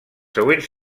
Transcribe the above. següents